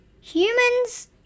humans